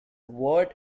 word